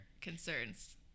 concerns